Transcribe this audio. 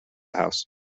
house